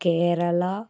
Kerala